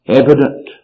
evident